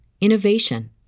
innovation